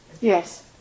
Yes